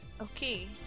Okay